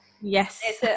yes